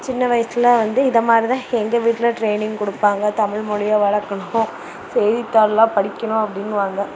சின்ன வயஸில் வந்து இதை மாதிரிதான் எங்கள் வீட்டில ட்ரெய்னிங் கொடுப்பாங்க தமிழ் மொழிய வளர்க்கணும் செய்தித்தாள்லாம் படிக்கணும் அப்படின்னுவாங்க